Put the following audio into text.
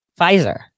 Pfizer